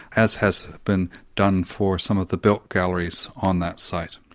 as has been done for some of the built galleries on that site.